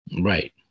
Right